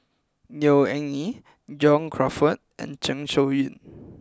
Neo Anngee John Crawfurd and Zeng Shouyin